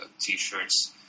t-shirts